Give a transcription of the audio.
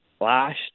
last